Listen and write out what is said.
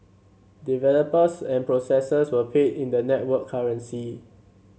developers and processors were paid in the network currency